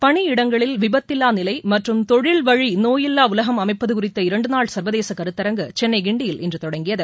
பணியிடங்களில் விபத்தில்வா நிலை மற்றும் தொழில் வழி நோயில்வா உலகம் அமைப்பது குறித்த இரண்டு நாள் சா்வதேச கருத்தரங்கு சென்னை கிண்டியில் இன்று தொடங்கியது